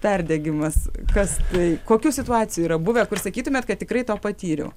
perdegimas kas tai kokių situacijų yra buvę kur sakytumėt kad tikrai to patyriau